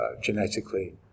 genetically